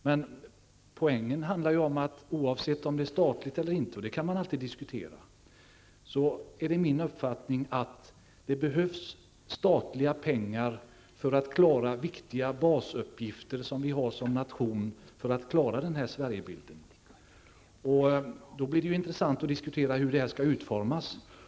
Men poängen är ju att oavsett om det är statligt eller inte -- om det skall vara det kan man alltid diskutera -- är det min uppfattning att det behövs statliga pengar för att klara viktiga basuppgifter som Sveriges nation har för att klara denna Sverigebild. Då blir det intressant att diskutera hur detta skall utformas.